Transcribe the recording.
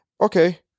okay